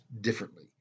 differently